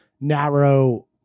narrow